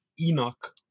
Enoch